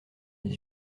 les